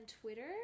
Twitter